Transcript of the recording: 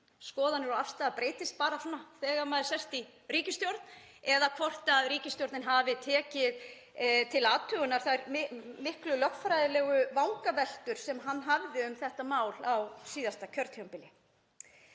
skoðanir og afstaða breytist bara svona þegar maður sest í ríkisstjórn eða hvort ríkisstjórnin hafi tekið til athugunar þær miklu lögfræðilegu vangaveltur sem hann hafði um þetta mál á síðasta kjörtímabili.